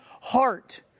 heart